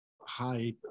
high